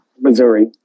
Missouri